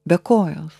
be kojos